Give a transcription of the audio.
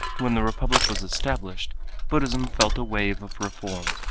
when the republic was established buddhism felt a wave of reform.